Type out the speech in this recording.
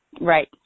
Right